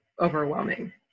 Overwhelming